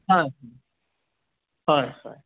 হয় হয় হয়